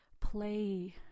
play